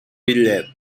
bitllet